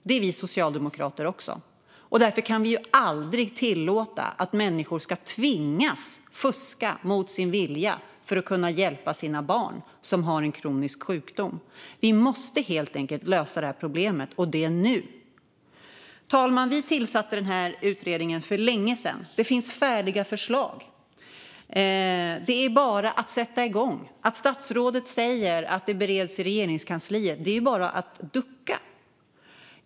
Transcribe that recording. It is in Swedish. Det är vi socialdemokrater också, och därför kan vi aldrig tillåta att människor mot sin vilja tvingas fuska för att kunna hjälpa sina barn som har en kronisk sjukdom. Vi måste helt enkelt lösa det här problemet, och det nu! Fru talman! Vi tillsatte den här utredningen för länge sedan. Det finns färdiga förslag. Det är bara att sätta igång. Att som statsrådet säga att det bereds i Regeringskansliet är bara att ducka.